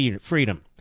freedom